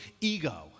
ego